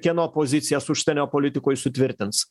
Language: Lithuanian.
kieno pozicijas užsienio politikoj sutvirtins